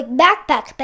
backpack